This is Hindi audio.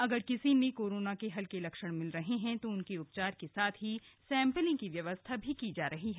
अगर किसी में कोरोना के हल्के लक्षण मिल रहे हैं तो उनके उपचार के साथ ही सैम्पलिंग की व्यवस्था की जा रही है